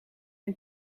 een